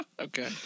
Okay